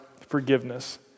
forgiveness